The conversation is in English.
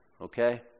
okay